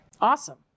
Awesome